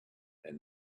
and